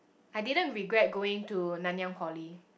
I didn't regret going to Nanyang Poly